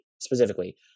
specifically